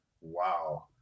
Wow